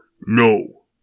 No